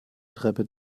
treppe